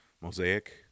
mosaic